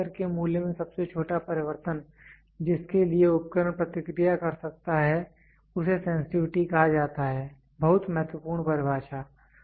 मापे चर के मूल्य में सबसे छोटा परिवर्तन जिसके लिए उपकरण प्रतिक्रिया कर सकता है उसे सेंसटिविटी कहा जाता है बहुत महत्वपूर्ण परिभाषा